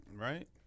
Right